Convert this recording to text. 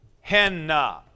henna